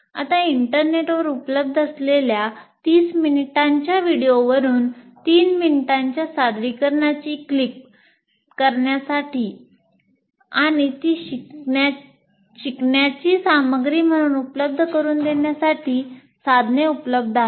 आता इंटरनेटवर उपलब्ध असलेल्या 30 मिनिटांच्या व्हिडिओवरून 3 मिनिटांच्या सादरीकरणाची क्लिप करण्यासाठी आणि ती शिकण्याची सामग्री म्हणून उपलब्ध करुन देण्यासाठी साधने उपलब्ध आहेत